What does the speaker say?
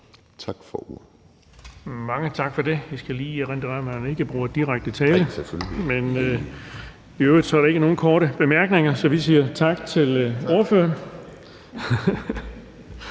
Bonnesen): Mange tak for det. Jeg skal lige erindre om, at man ikke bruger direkte tiltale. I øvrigt er der ikke nogen korte bemærkninger, så vi siger tak til ordføreren.